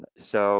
so